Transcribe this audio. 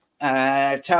Tell